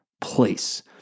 place